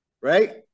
Right